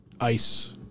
ice